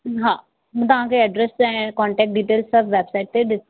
हा तव्हांखे एड्रैस ऐं कॉन्टैक्ट डिटेल्स सभु वैबसाइट ते ॾिस